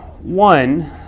One